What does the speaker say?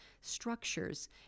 structures